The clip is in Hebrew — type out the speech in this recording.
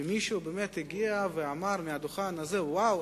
שמישהו באמת הגיע ואמר מהדוכן הזה: וואו,